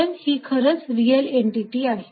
तर ही खरंच रियल एंटीटी आहे